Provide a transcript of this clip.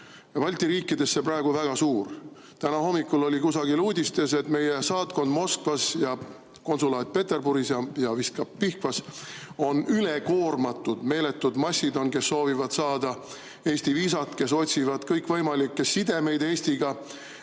Balti riikidesse praegu väga suur. Täna hommikul oli kusagil uudistes, et meie saatkond Moskvas ja konsulaat Peterburis, vist ka Pihkvas, on üle koormatud. Meeletud massid on, kes soovivad saada Eesti viisat, kes otsivad kõikvõimalikke sidemeid Eestiga,